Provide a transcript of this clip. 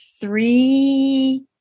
three